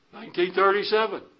1937